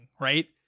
right